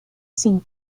sin